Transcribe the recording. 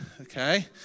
okay